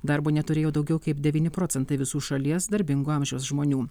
darbo neturėjo daugiau kaip devyni procentai visų šalies darbingo amžiaus žmonių